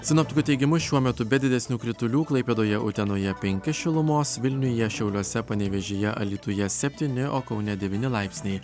sinoptikų teigimu šiuo metu be didesnių kritulių klaipėdoje utenoje penki šilumos vilniuje šiauliuose panevėžyje alytuje septyni o kaune devyni laipsniai